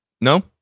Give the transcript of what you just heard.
No